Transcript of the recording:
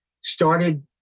started